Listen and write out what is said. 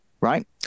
right